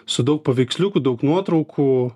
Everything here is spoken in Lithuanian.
su daug paveiksliukų daug nuotraukų